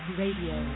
radio